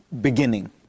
beginning